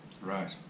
Right